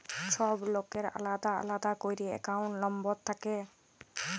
ছব লকের আলেদা আলেদা ক্যইরে একাউল্ট লম্বর থ্যাকে